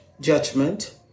judgment